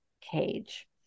cage